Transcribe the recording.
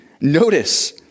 Notice